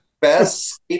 best